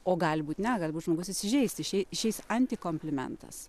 o gali būti ne gali būt žmogus įsižeisti išei išeis antikomplimentas